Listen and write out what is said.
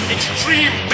Extreme